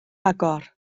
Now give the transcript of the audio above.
agor